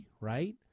Right